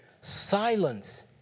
Silence